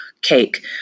cake